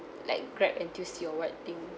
like grab N_T_U_C or what thing